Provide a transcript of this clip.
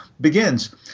begins